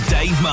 Dave